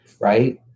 right